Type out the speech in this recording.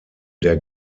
der